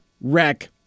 wreck